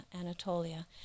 Anatolia